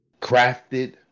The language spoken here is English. Crafted